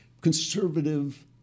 conservative